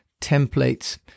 templates